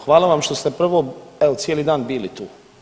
Hvala vam što ste prvo evo cijeli dan bili tu.